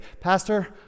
Pastor